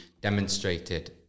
demonstrated